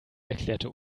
erklärte